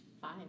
Five